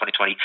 2020